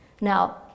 Now